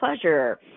pleasure